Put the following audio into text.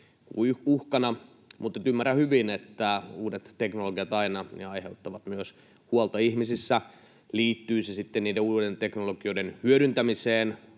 uhkana, mutta ymmärrän hyvin, että uudet teknologiat aina aiheuttavat myös huolta ihmisissä, liittyi se sitten uusien teknologioiden hyödyntämiseen